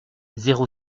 zéro